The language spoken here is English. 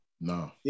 No